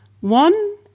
One